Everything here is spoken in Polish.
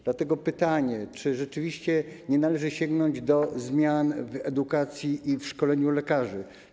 Dlatego pytanie: Czy rzeczywiście nie należy sięgnąć do zmian w edukacji i w szkoleniu lekarzy?